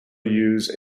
use